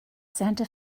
santa